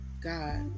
God